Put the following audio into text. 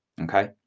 okay